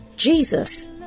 Jesus